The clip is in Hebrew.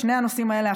בשני הנושאים האלה,